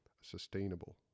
sustainable